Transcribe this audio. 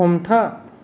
हमथा